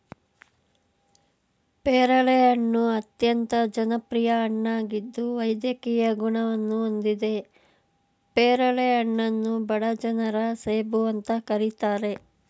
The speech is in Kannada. ಪೇರಳೆ ಹಣ್ಣು ಅತ್ಯಂತ ಜನಪ್ರಿಯ ಹಣ್ಣಾಗಿದ್ದು ವೈದ್ಯಕೀಯ ಗುಣವನ್ನು ಹೊಂದಿದೆ ಪೇರಳೆ ಹಣ್ಣನ್ನು ಬಡ ಜನರ ಸೇಬು ಅಂತ ಕರೀತಾರೆ